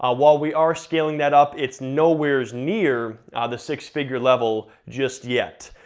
ah while we are scaling that up it's nowhere near the six figure level just yet.